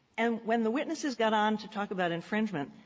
and when the witnesses got on to talk about infringement,